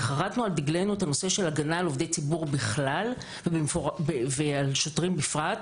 חרתנו על דגלנו את הנושא של הגנה על עובדי ציבור בכלל ועל שוטרים בפרט.